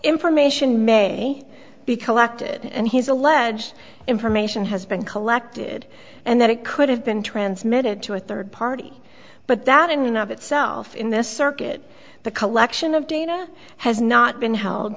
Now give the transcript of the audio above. information may be collected and his alleged information has been collected and that it could have been transmitted to a third party but that in of itself in this circuit the collection of data has not been held